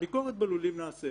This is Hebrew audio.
הביקורת בלולים נעשית,